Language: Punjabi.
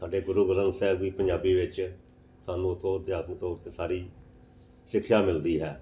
ਸਾਡੇ ਗੁਰੂ ਗ੍ਰੰਥ ਸਾਹਿਬ ਵੀ ਪੰਜਾਬੀ ਵਿੱਚ ਸਾਨੂੰ ਉੱਥੋਂ ਅਧਿਆਤਮਕ ਤੌਰ 'ਤੇ ਸਾਰੀ ਸ਼ਿਕਸ਼ਾ ਮਿਲਦੀ ਹੈ